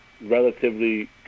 relatively